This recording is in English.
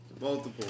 Multiple